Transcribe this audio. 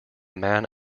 man